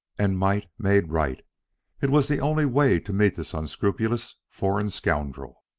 and might made right it was the only way to meet this unscrupulous foreign scoundrel.